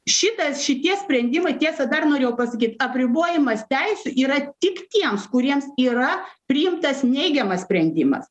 šitas šitie sprendimai tiesa dar norėjau pasakyti apribojimas teisių yra tik tiems kuriems yra priimtas neigiamas sprendimas